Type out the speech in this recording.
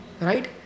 right